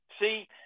See